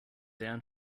down